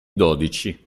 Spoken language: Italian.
dodici